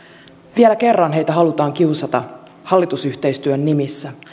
vielä kerran heitä halutaan kiusata hallitusyhteistyön nimissä